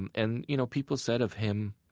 and and you know people said of him,